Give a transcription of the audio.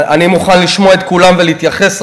אני מוכן לשמוע את כולם ולהתייחס,